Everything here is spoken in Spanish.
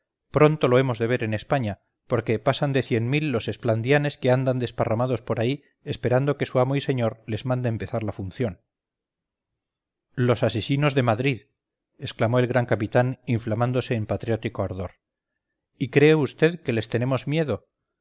pronto lo hemos de ver en españa porque pasan de cien mil los esplandianes que andan desparramados por ahí esperando que su amo y señor les mande empezar la función los asesinos de madrid exclamó el gran capitán inflamándose en patriótico ardor y cree vd que les tenemos miedo